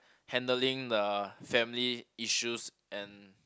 handling the family issues and